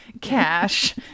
cash